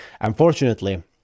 unfortunately